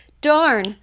Darn